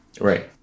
Right